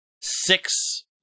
six